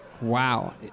Wow